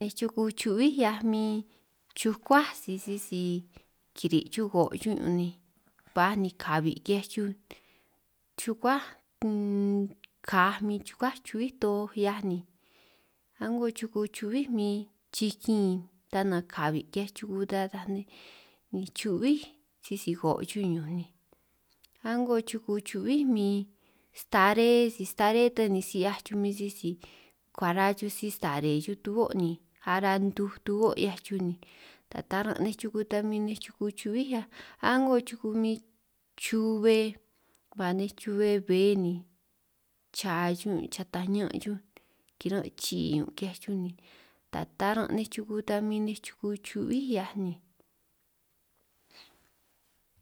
Nej chuku chu'bí 'hiaj min chukuáj si sisi kiri' chuj ko' chuj ñun' ni baj ni kabi' ki'hiaj chuj, chukuáj káj min chukuá chubíj toj 'hiaj ni a'ngo chuku chu'bí min chikin taj nanj kabi' ki'hiaj chuku ta ataj nej, ni chu'bíj si koo' chuj ñun' ni a'ngo chuku chu'bíj min staré sisi staré ta ni si 'hiaj chuj min sisi kara chuj si-stare chuj tubo' ni, ara ntuj tu'boj 'hiaj chuj ni ta taran' nej chuku ta min nej chuku chu'bí 'hiaj, a'ngo chuku ta min chubbe ba nej chubbe bbe ni cha chuj ñún' chata ñan' chuj, kiran' chii' ñun' ki'hiaj chuj ni ta taran' nej chuku tan min chubbí' 'hiaj ni.